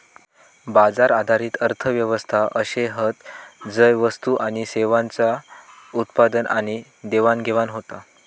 बाजार आधारित अर्थ व्यवस्था अशे हत झय वस्तू आणि सेवांचा उत्पादन आणि देवाणघेवाण होता